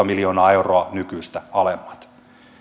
miljoonaa euroa nykyistä alemmat